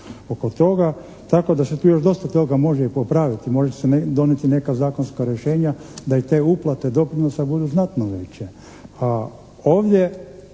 oko toga tako da se tu još dosta toga može i popraviti. Može se donijeti neka zakonska rješenja da i te uplate doprinosa budu znatno veće.